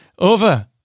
over